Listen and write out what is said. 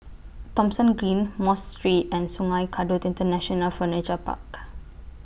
Thomson Green Mosque Street and Sungei Kadut International Furniture Park